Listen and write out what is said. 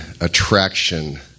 attraction